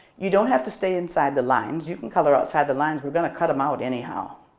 you don't have to stay inside the lines. you can color outside the lines. we're going to cut them out anyhow.